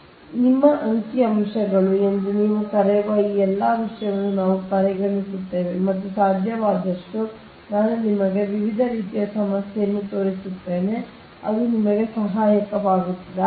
ಈಗ ನಿಮ್ಮ ಅಂಕಿಅಂಶಗಳು ಎಂದು ನೀವು ಕರೆಯುವ ಈ ಎಲ್ಲಾ ವಿಷಯವನ್ನು ನಾವು ಪರಿಗಣಿಸುತ್ತೇವೆ ಮತ್ತು ಸಾಧ್ಯವಾದಷ್ಟು ನಾನು ನಿಮಗೆ ವಿವಿಧ ರೀತಿಯ ಸಮಸ್ಯೆಯನ್ನು ತೋರಿಸುತ್ತೇನೆ ಅದು ನಿಮಗೆ ಸಹಾಯಕವಾಗುತ್ತದೆ